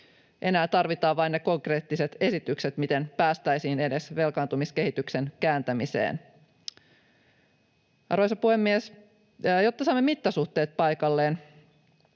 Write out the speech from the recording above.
Enää tarvitaan vain ne konkreettiset esitykset, miten päästäisiin edes velkaantumiskehityksen kääntämiseen. Arvoisa puhemies! Jotta saamme mittasuhteet paikalleen,